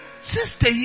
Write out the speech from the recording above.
sister